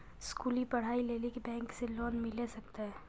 स्कूली पढ़ाई लेली बैंक से लोन मिले सकते?